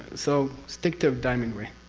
so stick to diamond way.